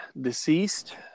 deceased